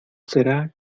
será